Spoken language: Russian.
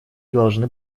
должны